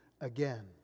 again